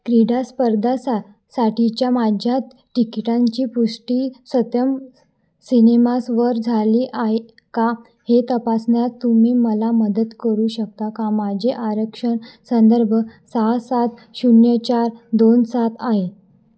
क्रीडास्पर्धा सा साठीच्या माझ्यात तिकीटांची पुष्टी सत्यम सिनेमासवर झाली आहे का हे तपासण्यात तुम्ही मला मदत करू शकता का माझे आरक्षण संदर्भ सहा सात शून्य चार दोन सात आहे